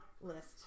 list